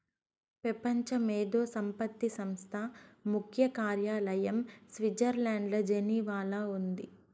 పెపంచ మేధో సంపత్తి సంస్థ ముఖ్య కార్యాలయం స్విట్జర్లండ్ల జెనీవాల ఉండాది